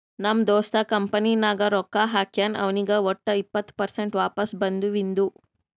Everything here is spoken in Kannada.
ನಮ್ ದೋಸ್ತ ಕಂಪನಿ ನಾಗ್ ರೊಕ್ಕಾ ಹಾಕ್ಯಾನ್ ಅವ್ನಿಗ್ ವಟ್ ಇಪ್ಪತ್ ಪರ್ಸೆಂಟ್ ವಾಪಸ್ ಬದುವಿಂದು